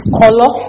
color